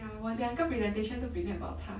err 我两个 presentation 都 present about 他